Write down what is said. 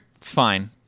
Fine